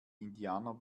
indianer